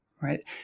right